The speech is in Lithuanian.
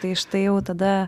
tai štai jau tada